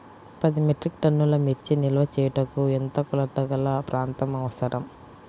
పది మెట్రిక్ టన్నుల మిర్చి నిల్వ చేయుటకు ఎంత కోలతగల ప్రాంతం అవసరం?